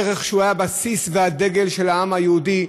ערך שהיה הבסיס והדגל של העם היהודי,